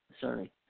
Sorry